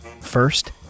first